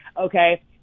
Okay